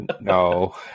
No